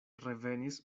revenis